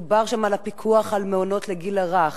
מדובר שם על הפיקוח על מעונות לגיל הרך.